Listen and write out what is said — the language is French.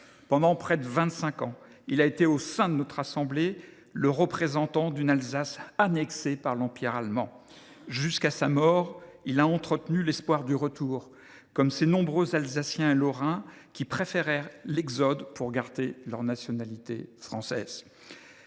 Pendant près de vingt cinq ans, il a été au sein de notre assemblée le représentant d’une Alsace annexée par l’empire allemand. Jusqu’à sa mort, il a entretenu l’espoir du retour, comme ces nombreux Alsaciens et Lorrains qui préférèrent l’exode pour garder leur nationalité française.